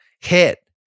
Hit